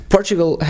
Portugal